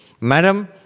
Madam